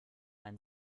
ein